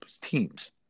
teams